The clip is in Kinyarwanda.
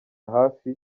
hafi